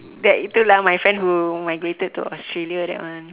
that itu lah my friend who migrated to Australia that one